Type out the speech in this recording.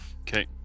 Okay